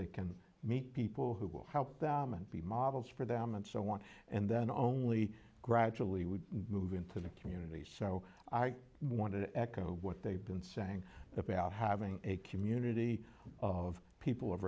they can meet people who will help them and be models for them and so on and then only gradually would move into the community so i want to echo what they've been saying about having a community of people